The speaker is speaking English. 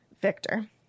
victor